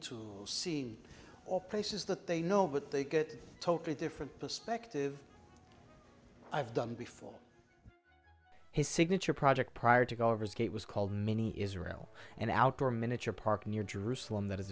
to seen or places that they know what they get totally different perspective i've done before his signature project prior to go risk it was called mini israel and outdoor miniature park near jerusalem that